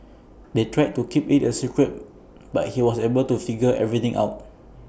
they tried to keep IT A secret but he was able to figure everything out